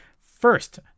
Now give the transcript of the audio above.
First